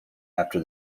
after